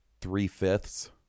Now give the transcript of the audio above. three-fifths